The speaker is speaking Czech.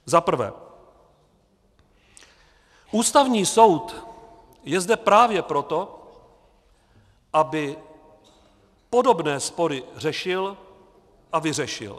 Za prvé, Ústavní soud je zde právě proto, aby podobné spory řešil a vyřešil.